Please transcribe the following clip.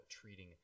treating